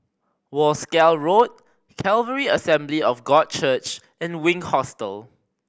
Wolskel Road Calvary Assembly of God Church and Wink Hostel